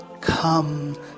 Come